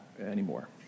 anymore